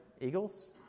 Eagles